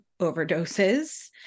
overdoses